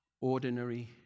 ordinary